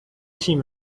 تیم